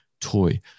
toy